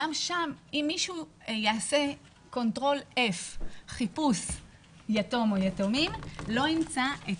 אם מישהו יעשה חיפוש "יתום" או "יתומים" הוא לא ימצא.